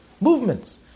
movements